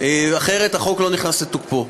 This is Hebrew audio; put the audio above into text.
אחרת החוק לא נכנס לתוקפו.